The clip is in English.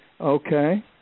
okay